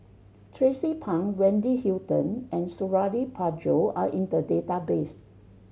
Tracie Pang Wendy Hutton and Suradi Parjo are in the database